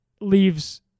leaves